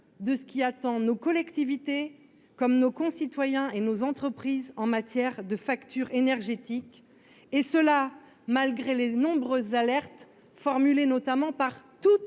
de ce qui attend nos collectivités comme nos concitoyens et nos entreprises en matière de facture énergétique et cela malgré les nombreuses alertes formulées notamment par toutes les